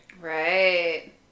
right